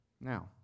Now